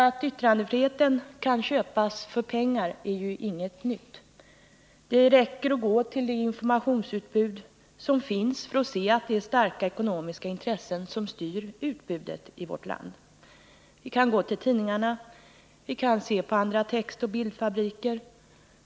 Att yttrandefriheten kan köpas för pengar är ju inget nytt. Vi behöver bara gå till det informationsutbud som finns för att inse att starka ekonomiska intressen styr utbudet i vårt land. Vi kan gå till tidningarna eller andra textoch bildfabriker.